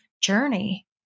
journey